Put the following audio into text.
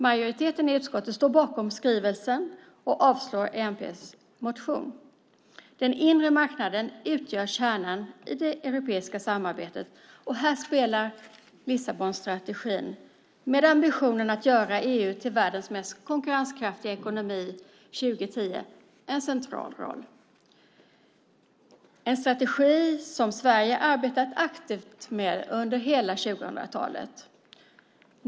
Majoriteten i utskottet står bakom skrivelsen och yrkar avslag på Miljöpartiets motion. Inre marknaden utgör kärnan i det europeiska samarbetet. Här spelar Lissabonstrategin - med ambitionen att göra EU till världens mest konkurrenskraftiga ekonomi år 2010 - en central roll. Det är en strategi som Sverige hittills under 2000-talet aktivt arbetat med.